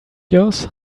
yours